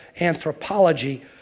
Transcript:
anthropology